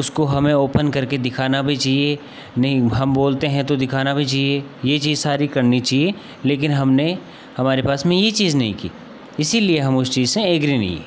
उसको हमे ओपन करके दिखाना भी चाहिए नहीं हम बोलते हैं तो दिखाना भी चाहिए यह चीज़ सारी करनी चाहिए लेकिन हमने हमारे पास में यह चीज़ नहीं की इसीलिए हम उस चीज़ से एग्री नहीं है